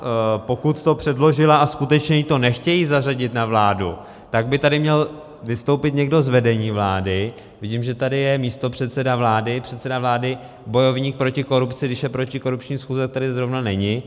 A pokud to předložila a skutečně jí to nechtějí zařadit na vládu, tak by tady měl vystoupit někdo z vedení vlády, vidím, že tady je místopředseda vlády předseda vlády, bojovník proti korupci, když je protikorupční schůze, tak tady zrovna není.